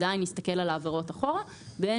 עדיין נסתכל על העבירות אחורה והן